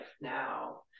now